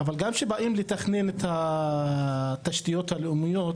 אבל גם כאשר באים לתכנן תשתיות לאומיות,